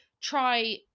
try